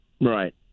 right